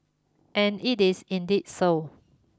and it is indeed so